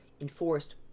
enforced